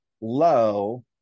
low